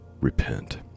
repent